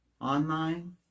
online